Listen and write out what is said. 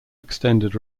extended